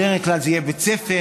בדרך כלל זה יהיה בית ספר,